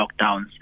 lockdowns